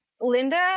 Linda